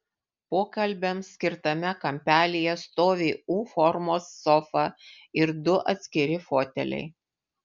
pokalbiams skirtame kampelyje stovi u formos sofa ir du atskiri foteliai